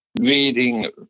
reading